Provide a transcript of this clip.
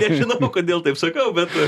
nežinau kodėl taip sakau bet